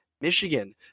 Michigan